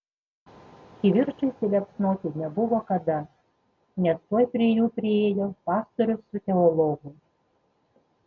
kivirčui įsiliepsnoti nebuvo kada nes tuoj prie jų priėjo pastorius su teologu